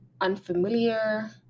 unfamiliar